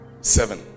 Seven